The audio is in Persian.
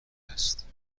است